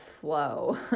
flow